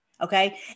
Okay